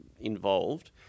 involved